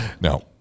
No